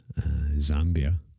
Zambia